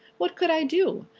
what could i do?